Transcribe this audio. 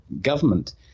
government